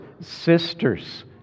sisters